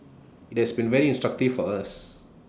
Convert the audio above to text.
IT has been very instructive for us